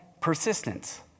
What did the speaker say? persistence